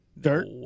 Dirt